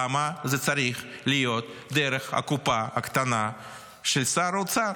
למה זה צריך להיות דרך הקופה הקטנה של שר האוצר?